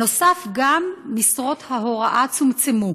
נוסף על כך, גם משרות ההוראה צומצמו.